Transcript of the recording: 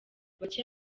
bake